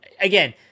again